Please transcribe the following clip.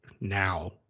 now